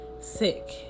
Sick